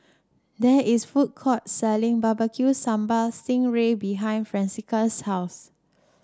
there is food court selling barecue Sambal Sting Ray behind Francisca's house